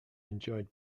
enjoyed